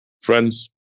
Friends